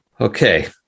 Okay